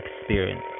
Experience